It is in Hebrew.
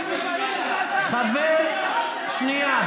שנייה.